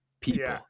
people